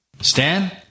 Stan